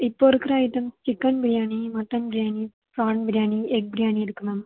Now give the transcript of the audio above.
இப்போருக்கிற item chicken biryani mutton biryani prawn biryani egg biryani இருக்குது ma'am